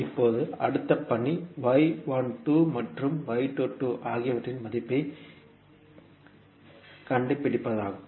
இப்போது அடுத்த பணி மற்றும் ஆகியவற்றின் மதிப்பைக் கண்டுபிடிப்பதாகும்